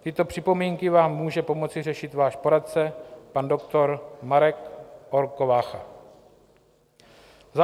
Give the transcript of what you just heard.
Tyto připomínky vám může pomoci řešit váš poradce, pan doktor Marek Orko Vácha.